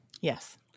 Yes